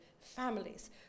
families